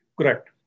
Correct